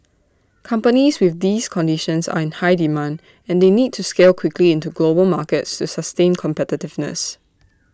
companies with these conditions are in high demand and they need to scale quickly into global markets to sustain competitiveness